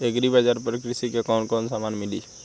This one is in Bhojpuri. एग्री बाजार पर कृषि के कवन कवन समान मिली?